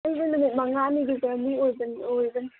ꯑꯩꯁꯨ ꯅꯨꯃꯤꯠ ꯃꯉꯥꯅꯤꯒꯤ ꯖꯔꯅꯤ ꯑꯣꯏꯒꯅꯤ